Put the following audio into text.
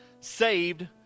SAVED